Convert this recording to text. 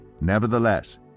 Nevertheless